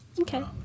Okay